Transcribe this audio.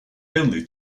only